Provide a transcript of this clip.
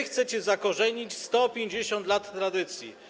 Chcecie zakorzenić 150 lat tradycji.